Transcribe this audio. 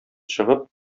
чыгып